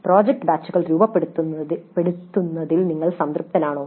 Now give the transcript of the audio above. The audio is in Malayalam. "പ്രോജക്റ്റ് ബാച്ചുകൾ രൂപപ്പെടുന്നതിൽ നിങ്ങൾ സംതൃപ്തനാണോ